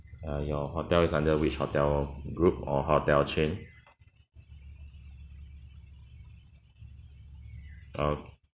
err your hotel is under which hotel group or hotel chain okay